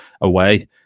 away